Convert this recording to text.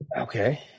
Okay